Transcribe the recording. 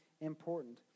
important